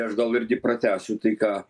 aš gal irgi pratęsiu tai ką